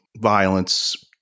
violence